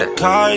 car